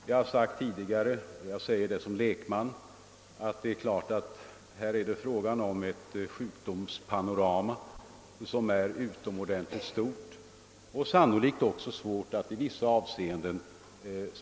Jag har sagt tidigare och upprepar det nu som lekman, att här har vi ett utomordentligt stort sjukdomspanorama som helt säkert är svårt att specificera i vissa avseenden.